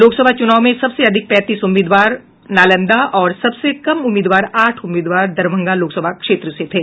लोकसभा चूनाव में सबसे अधिक पैंतीस उम्मीदवार नालंदा और सबसे कम उम्मीदवार आठ उम्मीदवार दरभंगा लोकसभा क्षेत्र में थे